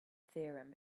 theorem